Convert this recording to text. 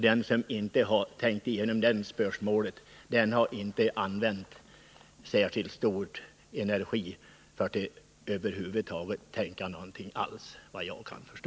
Den som inte har tänkt igenom det spörsmålet har, efter vad jag kan förstå, inte använt särskilt mycket energi till att över huvud taget tänka något.